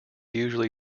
usually